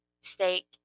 steak